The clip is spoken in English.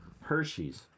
Hershey's